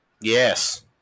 Yes